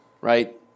Right